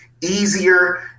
easier